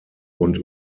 und